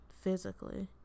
physically